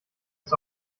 ist